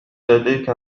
لديك